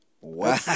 Wow